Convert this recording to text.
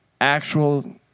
actual